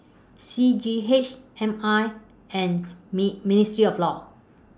C G H M I and Me Ministry of law